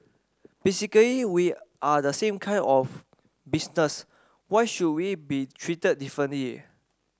basically we are the same kind of business why should we be treated differently